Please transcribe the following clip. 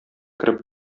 кереп